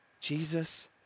Jesus